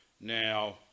Now